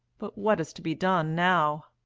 but what is to be done now?